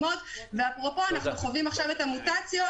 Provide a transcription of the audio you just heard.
אפרופו אנחנו חווים עכשיו את המוטציות